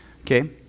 Okay